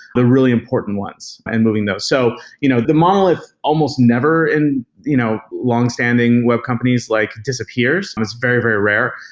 the really important ones and moving those. so you know the monolith almost never in you know long-standing web companies like disappears. and it's very, very rare.